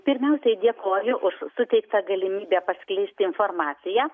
pirmiausiai dėkoju už suteiktą galimybę paskleisti informaciją